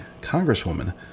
congresswoman